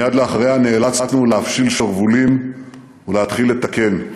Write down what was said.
מייד אחריה נאלצנו להפשיל שרוולים ולהתחיל לתקן.